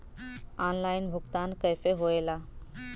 Online भुगतान कैसे होए ला?